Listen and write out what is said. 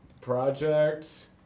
project